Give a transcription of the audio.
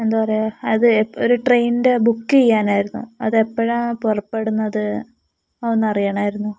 എന്താ പറയുക അത് ഒരു ട്രെയിനിൻ്റെ ബുക്ക് ചെയ്യണമായിരുന്നു അത് എപ്പോഴാണ് പുറപ്പെടുന്നത് ഒന്ന് അറിയണമായിരുന്നു